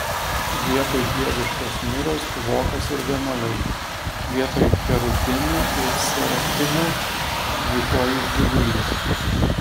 vietoj dieviškos miros dvokas ir vėmalai vietoj cherubinų ir serafimų dvikojis gyvulys